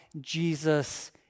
Jesus